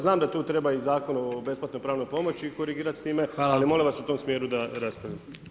Znam da tu treba onda i Zakon o besplatnoj pravnoj pomoći korigirati s time ali molim vas u tom smjeru da raspravljamo.